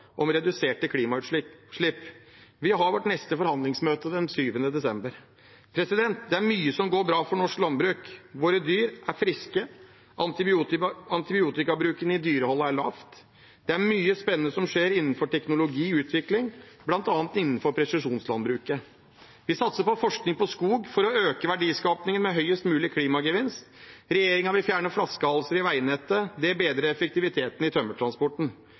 om reduserte klimautslipp. Vi har vårt neste forhandlingsmøte den 20. desember. Det er mye som går bra for norsk landbruk: Våre dyr er friske. Antibiotikabruken i dyreholdet er lav. Det er mye spennende som skjer innenfor teknologisk utvikling, bl.a. innenfor presisjonslandbruket. Vi satser på forskning på skog for å øke verdiskapingen med høyest mulig klimagevinst. Regjeringen vil fjerne flaskehalser i veinettet. Det bedrer effektiviteten i tømmertransporten.